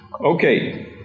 Okay